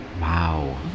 Wow